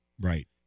right